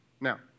Now